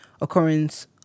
occurrence